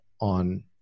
on